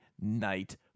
night